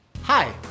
Hi